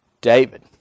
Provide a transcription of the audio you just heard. David